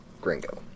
gringo